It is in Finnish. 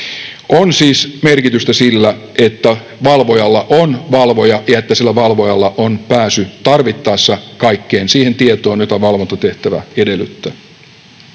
On siis merkitystä sillä, että valvojalla on valvoja ja että sillä valvojalla on tarvittaessa pääsy kaikkeen siihen tietoon, jota valvontatehtävä edellyttää.